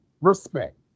respect